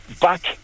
back